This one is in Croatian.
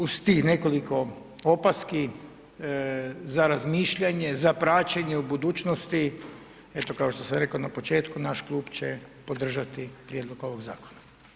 Uz tih nekoliko opaski za razmišljanje, za praćenje u budućnosti, eto kao što sam reko u početku, naš klub će podržati prijedlog ovog zakona.